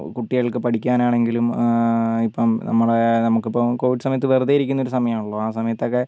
കുട്ടികൾക്ക് പഠിക്കാനാണെങ്കിലും ഇപ്പം നമ്മളെ നമുക്കിപ്പോൾ കോവിഡ് സമയത്ത് വെറുതെയിരിക്കുന്ന ഒരു സമയമാണല്ലോ ആ സമയത്തൊക്കെ